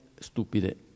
stupide